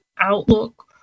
Outlook